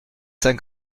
saint